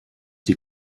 die